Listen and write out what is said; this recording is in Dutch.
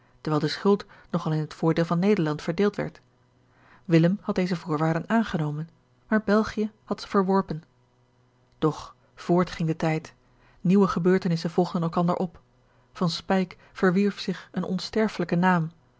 terwijl de schuld nog al in het voordeel van nederland verdeeld werd willem had deze voorwaarden aangenomen maar belgië had ze verworpen doch voort ging de tijd nieuwe gebeurtenissen volgden elkander op van speyk verwierf zich een onsterfelijken naam